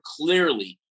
clearly